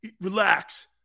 Relax